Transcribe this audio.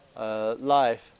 life